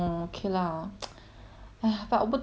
!aiya! but 我不懂 eh I'm still thinking though